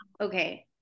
okay